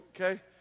okay